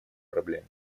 проблем